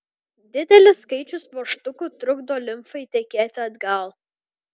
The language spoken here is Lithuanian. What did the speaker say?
didelis skaičius vožtuvų trukdo limfai tekėti atgal